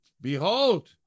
Behold